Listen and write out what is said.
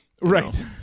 right